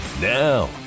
Now